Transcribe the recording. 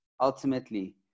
ultimately